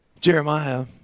Jeremiah